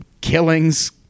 killings